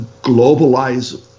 Globalize